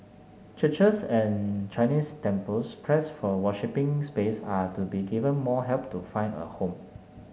churches and Chinese temples pressed for worshipping space are to be given more help to find a home